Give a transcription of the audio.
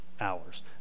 hours